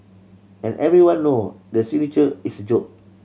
and everyone know the signature is joke